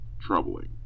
troubling